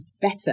better